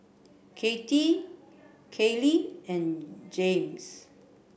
Katie Kalie and Jaymes